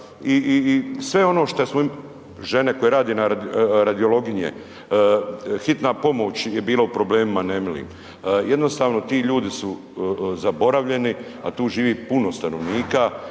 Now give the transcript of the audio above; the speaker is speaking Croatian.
i sve ono šta smo, žene koje rade na, radiologinje, hitna pomoć je bila u problemima nemilim. Jednostavno ti ljudi su zaboravljeni, a tu živi puno stanovnika,